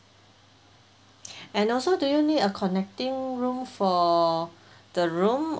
and also do you need a connecting room for the room